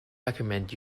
recommend